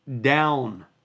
down